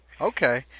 okay